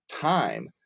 time